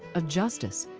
of justice.